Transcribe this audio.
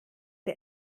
der